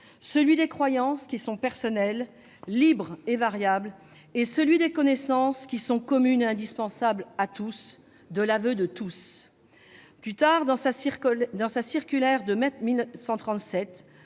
celui des croyances qui sont personnelles, libres et variables, et celui des connaissances qui sont communes et indispensables à tous, de l'aveu de tous. » Plus tard, dans sa circulaire du 15 mai 1937,